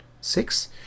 six